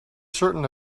certain